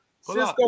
Cisco